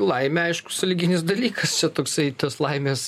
laimė aišku sąlyginis dalykas čia toksai tas laimės